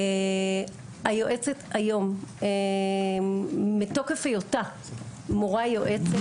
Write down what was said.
היועצת היום מתוקף היותה מורה-יועצת,